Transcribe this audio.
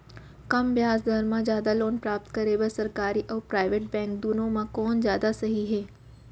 कम ब्याज दर मा जादा लोन प्राप्त करे बर, सरकारी अऊ प्राइवेट बैंक दुनो मा कोन जादा सही हे?